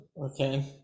Okay